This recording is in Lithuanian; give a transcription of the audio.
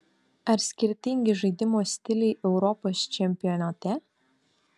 ar skirtingi žaidimo stiliai europos čempionate